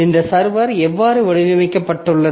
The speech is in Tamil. இந்த சர்வர் எவ்வாறு வடிவமைக்கப்பட்டுள்ளது